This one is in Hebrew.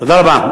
תודה רבה.